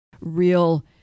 real